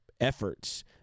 efforts